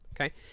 Okay